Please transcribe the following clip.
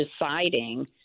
deciding